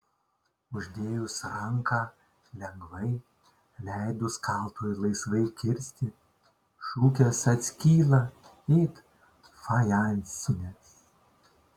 uždėjus ranką lengvai leidus kaltui laisvai kirsti šukės atskyla it fajansinės